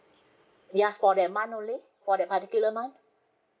yeah for that month only for that particular month